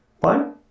fine